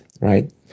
Right